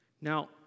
Now